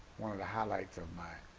one of the highlights of my